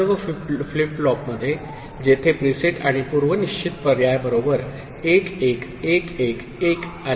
सर्व flip flop जेथे preset आणि पूर्वनिश्चित पर्याय बरोबर 1 1 1 1 1 आली